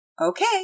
Okay